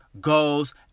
goals